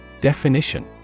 Definition